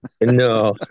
No